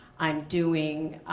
i'm doing